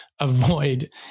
avoid